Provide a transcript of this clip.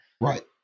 Right